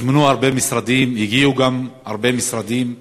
הוזמנו הרבה משרדים, גם הגיעו הרבה משרדים,